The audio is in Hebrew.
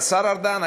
השר ארדן,